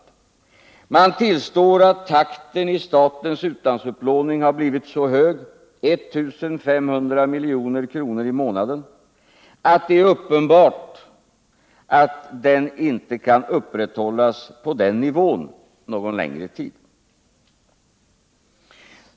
Utskottsmajoriteten tillstår att takten i statens utlandsupplåning blivit så hög, 1 500 milj.kr. i månaden, att det är uppenbart att den inte kan upprätthållas på den nivån någon längre tid.